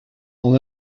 dans